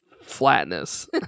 flatness